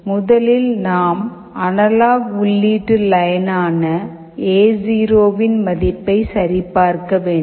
முதலில் நாம் அனலாக் உள்ளீட்டு லைனான எ0 வின் மதிப்பை சரிபார்க்க வேண்டும்